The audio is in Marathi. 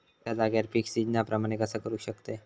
एका जाग्यार पीक सिजना प्रमाणे कसा करुक शकतय?